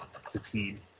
succeed